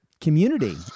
community